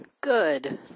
good